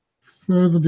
further